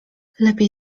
lepiej